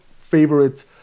favorite